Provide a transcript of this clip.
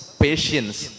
patience